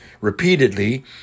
repeatedly